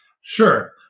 Sure